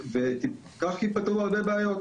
כך ייפתרו הרבה בעיות,